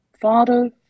father